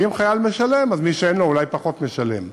כי אם חייל משלם אז מי שאין לו אולי פחות משלם,